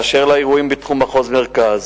באשר לאירועים בתחום מחוז מרכז,